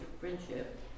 friendship